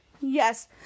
Yes